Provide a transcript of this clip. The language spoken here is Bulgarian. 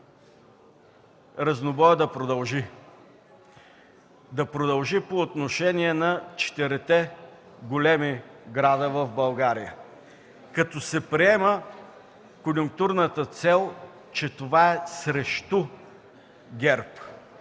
разнобоят да продължи, да продължи по отношение на четирите големи града в България, като се приема конюнктурната цел, че това е срещу ГЕРБ.